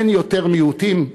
אין יותר מיעוטים,